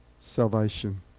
Salvation